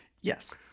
Yes